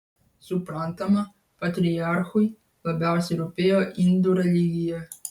suprantama patriarchui labiausiai rūpėjo indų religija